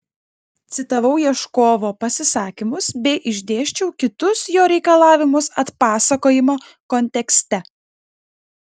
citavau ieškovo pasisakymus bei išdėsčiau kitus jo reikalavimus atpasakojimo kontekste